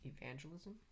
evangelism